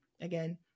again